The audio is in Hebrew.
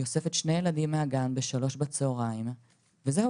היא אוספת שני ילדים מהגן בשעה 15:00 בצוהריים וזהו